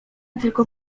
tylko